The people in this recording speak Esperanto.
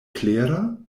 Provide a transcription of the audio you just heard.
klera